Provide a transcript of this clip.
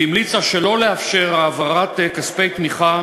והמליצה שלא לאפשר העברת כספי תמיכה